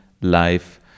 life